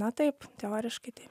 na taip teoriškai taip